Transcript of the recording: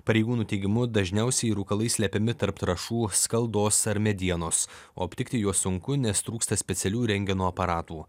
pareigūnų teigimu dažniausiai rūkalai slepiami tarp trąšų skaldos ar medienos o aptikti juos sunku nes trūksta specialių rentgeno aparatų